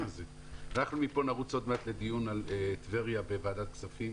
מפה נרוץ לדיון על טבריה בוועדת הכספים,